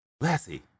Lassie